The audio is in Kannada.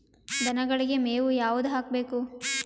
ದನಗಳಿಗೆ ಮೇವು ಯಾವುದು ಹಾಕ್ಬೇಕು?